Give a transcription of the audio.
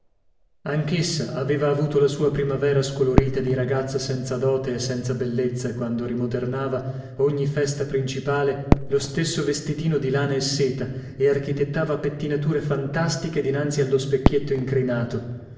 anchessa aveva avuto la sua primavera scolorita di ragazza senza dote e senza bellezza quando rimodernava ogni festa principale lo stesso vestitino di lana e seta e architettava pettinature fantastiche dinanzi allo specchietto incrinato